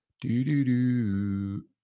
Do-do-do